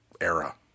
era